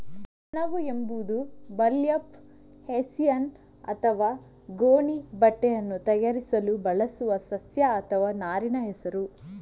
ಸೆಣಬು ಎಂಬುದು burlap, hessian ಅಥವಾ ಗೋಣಿ ಬಟ್ಟೆಯನ್ನು ತಯಾರಿಸಲು ಬಳಸುವ ಸಸ್ಯ ಅಥವಾ ನಾರಿನ ಹೆಸರು